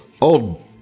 old